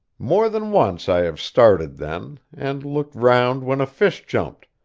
more than once i have started then, and looked round when a fish jumped,